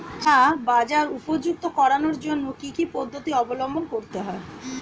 চা বাজার উপযুক্ত করানোর জন্য কি কি পদ্ধতি অবলম্বন করতে হয়?